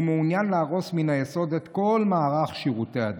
הוא מעוניין להרוס מן היסוד את כל מערך שירותי הדת.